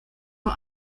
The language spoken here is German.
nur